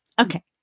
Okay